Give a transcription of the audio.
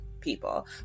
people